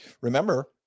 Remember